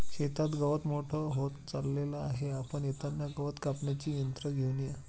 शेतात गवत मोठे होत चालले आहे, आपण येताना गवत कापण्याचे यंत्र घेऊन या